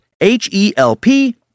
H-E-L-P